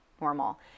normal